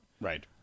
right